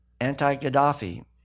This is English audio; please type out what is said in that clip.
Anti-Gaddafi